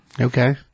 Okay